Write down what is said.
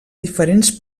diferents